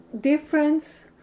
difference